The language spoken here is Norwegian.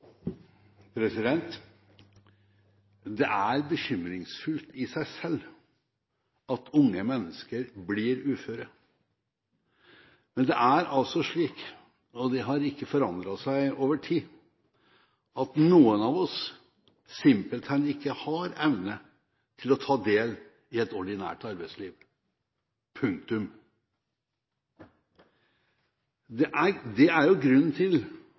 utdanning. Det er bekymringsfullt i seg selv at unge mennesker blir uføre. Men det er altså slik – og det har ikke forandret seg over tid – at noen av oss simpelthen ikke har evne til å ta del i et ordinært arbeidsliv. Grunnen til at vi har en uføretrygd, er jo nettopp å sikre livsgrunnlaget til